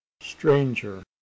Stranger